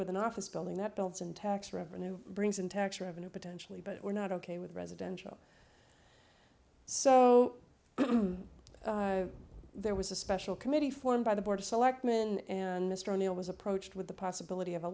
with an office building that builds in tax revenue brings in tax revenue potentially but we're not ok with residential so there was a special committee formed by the board of selectmen and mr o'neill was approached with the possibility of a